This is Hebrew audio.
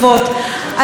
בכיוון חיובי,